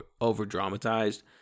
over-dramatized